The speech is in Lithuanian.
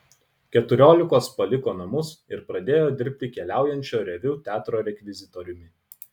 keturiolikos paliko namus ir pradėjo dirbti keliaujančio reviu teatro rekvizitoriumi